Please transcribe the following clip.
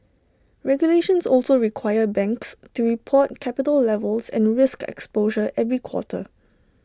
regulations also require banks to report capital levels and risk exposure every quarter